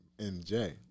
MJ